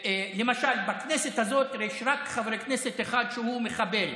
למשל, בכנסת הזאת יש רק חבר כנסת אחד שהוא מחבל.